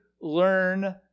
learn